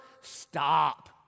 stop